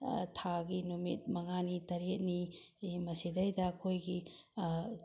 ꯊꯥꯒꯤ ꯅꯨꯃꯤꯠ ꯃꯉꯥꯅꯤ ꯇꯔꯦꯠꯅꯤ ꯃꯁꯤꯗꯒꯤꯁꯤꯗ ꯑꯩꯈꯣꯏꯒꯤ